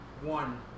one